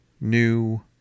new